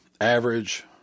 average